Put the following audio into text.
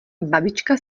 babička